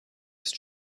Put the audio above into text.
ist